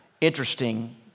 interesting